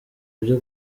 byo